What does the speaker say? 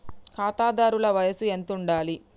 ఖాతాదారుల వయసు ఎంతుండాలి?